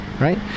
Right